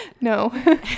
No